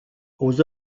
aux